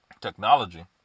technology